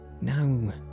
no